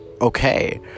okay